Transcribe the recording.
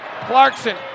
Clarkson